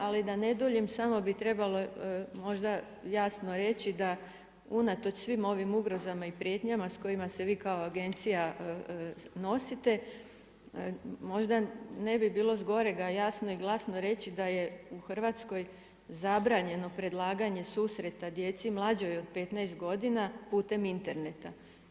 Ali da ne duljim samo bi trebalo možda jasno reći da unatoč svim ovim ugrozama i prijetnjama s kojima se vi kao agencija nosite možda ne bi bilo zgorega jasno i glasno reći da je u Hrvatskoj zabranjeno predlaganje susreta djeci mlađoj od 15 godina putem interneta.